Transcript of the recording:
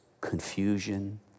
confusion